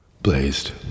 blazed